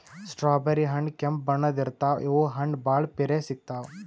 strawberry ಹಣ್ಣ್ ಕೆಂಪ್ ಬಣ್ಣದ್ ಇರ್ತವ್ ಇವ್ ಹಣ್ಣ್ ಭಾಳ್ ಪಿರೆ ಸಿಗ್ತಾವ್